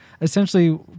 essentially